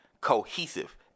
cohesive